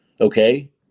Okay